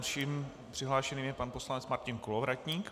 Dalším přihlášeným je pan poslanec Martin Kolovratník.